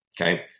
Okay